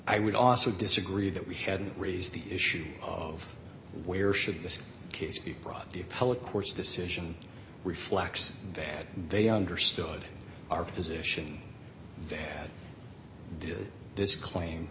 i would also disagree that we hadn't raised the issue of where should this case be brought the appellate court's decision reflects that they understood our position that did this claim